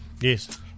Yes